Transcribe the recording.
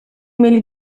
mieli